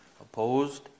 Opposed